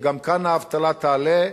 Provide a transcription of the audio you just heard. שגם כאן האבטלה תעלה,